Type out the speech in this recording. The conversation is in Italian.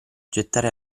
gettare